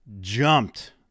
jumped